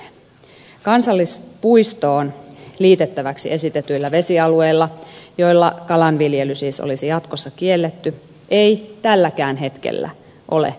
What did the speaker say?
kansallispuistoon liitettäviksi esitetyillä vesialueilla joilla kalanviljely siis olisi jatkossa kielletty ei tälläkään hetkellä ole kalankasvatusta